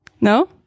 No